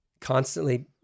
constantly